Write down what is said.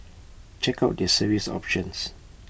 check out their service options